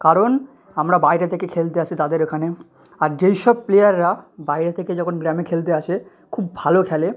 কারণ আমরা বাইরে থেকে খেলতে আসি তাদের এখানে আর যেই সব প্লেয়াররা বাইরে থেকে যখন গ্রামে খেলতে আসে খুব ভালো খেলে